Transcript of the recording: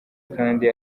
kandi